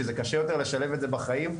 כשקשה יותר לשלב את זה בחיים,